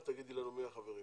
יש לכם את הרשימה של החברים?